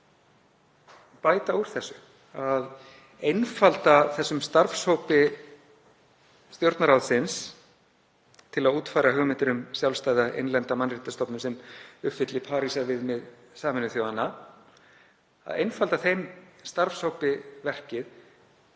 bæta úr þessu, að einfalda þessum starfshópi Stjórnarráðsins að útfæra hugmyndir um sjálfstæða innlenda mannréttindastofnun sem uppfylli Parísarviðmið Sameinuðu þjóðanna, að einfalda þeim starfshópi verkið